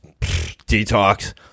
detox